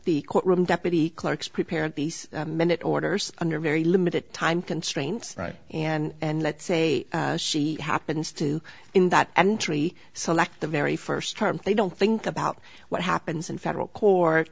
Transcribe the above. the court room deputy clerks prepare these minute orders under very limited time constraints and let's say she happens to in that entry select the very first term they don't think about what happens in federal court